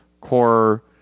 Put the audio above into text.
core